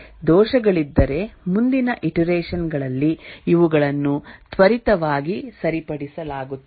ದೋಷಗಳಿದ್ದರೆ ಮುಂದಿನ ಇಟರೆಷನ್ ಗಳಲ್ಲಿ ಇವುಗಳನ್ನು ತ್ವರಿತವಾಗಿ ಸರಿಪಡಿಸಲಾಗುತ್ತದೆ